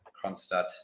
Kronstadt